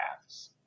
paths